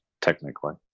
technically